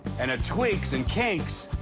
and it tweaks and kinks,